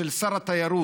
של שר התיירות,